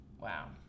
Wow